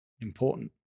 important